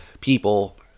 people